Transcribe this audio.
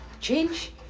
Change